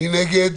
מי נגד?